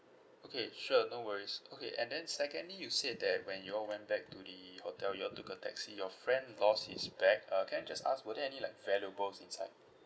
okay sure no worries okay and then secondly you said that when you all went back to the hotel you all took a taxi your friend lost his bag uh can I just ask were there any like valuables inside